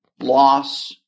loss